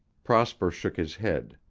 prosper shook his head.